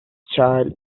child